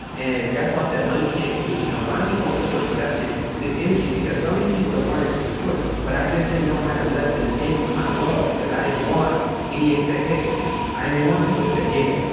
and that's why i said money can't kill music. i'm finally open to accepting this energy because so many people have wanted to support, but i just didn't know how to let them into my world because i didn't want any expectations. i didn't want people to say, yeah,